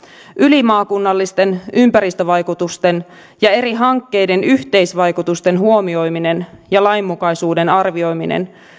ylimaakunnallisten ympäristövaikutusten ja eri hankkeiden yhteisvaikutusten huomioiminen ja lainmukaisuuden arvioiminen